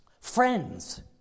friends